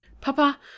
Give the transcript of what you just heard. Papa